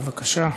בבקשה.